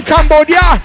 Cambodia